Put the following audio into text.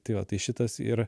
tai va tai šitas ir